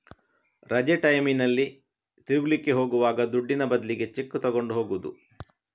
ರಜೆ ಟೈಮಿನಲ್ಲಿ ತಿರುಗ್ಲಿಕ್ಕೆ ಹೋಗುವಾಗ ದುಡ್ಡಿನ ಬದ್ಲಿಗೆ ಚೆಕ್ಕು ತಗೊಂಡು ಹೋಗುದು